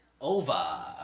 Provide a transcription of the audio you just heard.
over